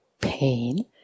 pain